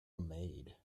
maid